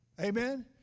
Amen